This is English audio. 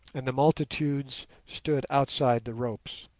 and the multitudes stood outside the ropes.